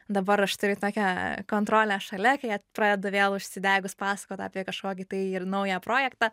dabar aš turiu tokią kontrolę šalia kai pradedu vėl užsidegus pasakot apie kažkokį tai ir naują projektą